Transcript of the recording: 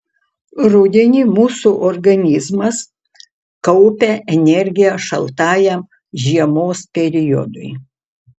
rudenį mūsų organizmas kaupia energiją šaltajam žiemos periodui